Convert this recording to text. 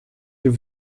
wir